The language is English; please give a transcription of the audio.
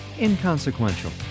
Inconsequential